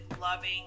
loving